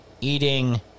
eating